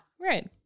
right